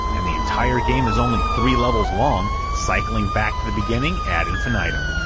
and the entire game is only three levels long, cycling back to the beginning ad infinitum.